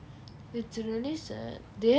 it's really sad